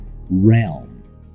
realm